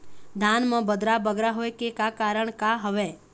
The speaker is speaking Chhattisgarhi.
धान म बदरा बगरा होय के का कारण का हवए?